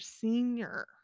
senior